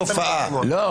הוועדה תזמין למה?